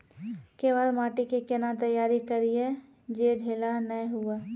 केवाल माटी के कैना तैयारी करिए जे ढेला नैय हुए?